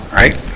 right